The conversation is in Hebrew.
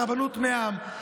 את הרבנות מהעם.